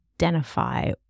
identify